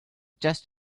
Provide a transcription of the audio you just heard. just